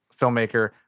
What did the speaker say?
filmmaker